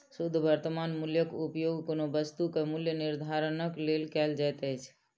शुद्ध वर्त्तमान मूल्यक उपयोग कोनो वस्तु के मूल्य निर्धारणक लेल कयल जाइत अछि